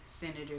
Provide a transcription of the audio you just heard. senator